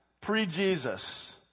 pre-Jesus